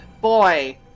boy